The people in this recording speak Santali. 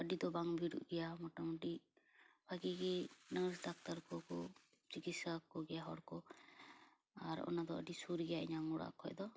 ᱟ ᱰᱤ ᱫᱚ ᱵᱟᱝ ᱵᱷᱤᱲᱚᱜ ᱜᱮᱭᱟ ᱢᱳᱴᱟ ᱢᱩᱴᱤ ᱵᱷᱟᱜᱮ ᱜᱮ ᱱᱟᱨᱥ ᱰᱟᱠᱛᱟᱨ ᱠᱚ ᱪᱤᱠᱤᱥᱥᱟ ᱠᱚᱜᱮᱭᱟ ᱦᱚᱲ ᱠᱚ ᱟᱨ ᱚᱱᱟ ᱟᱹᱰᱤ ᱥᱩᱨ ᱜᱮᱭᱟ ᱤᱧᱟᱹᱝ ᱚᱲᱟᱜ ᱠᱷᱚᱡ ᱫᱚ